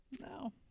No